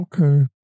Okay